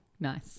Nice